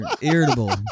irritable